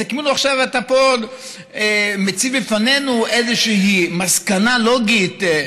זה כאילו עכשיו אתה פה מציב בפנינו איזושהי מסקנה לוגית,